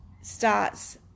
starts